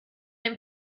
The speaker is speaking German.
dem